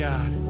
God